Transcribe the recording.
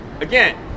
Again